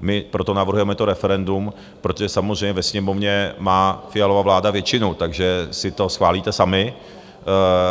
My proto navrhujeme to referendum, protože samozřejmě ve Sněmovně má Fialova vláda většinu, takže si to schválíte sami,